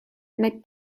nek